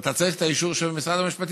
ואתה צריך את האישור של משרד המשפטים,